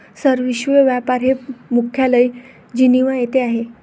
sir, विश्व व्यापार चे मुख्यालय जिनिव्हा येथे आहे